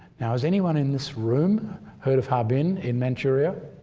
now has anyone in this room heard of harbin in manchuria?